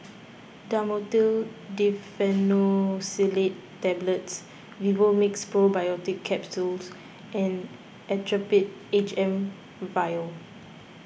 Dhamotil Diphenoxylate Tablets Vivomixx Probiotics Capsule and Actrapid H M Vial